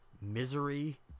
Misery